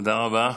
תודה רבה.